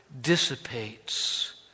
dissipates